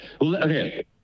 Okay